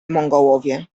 mongołowie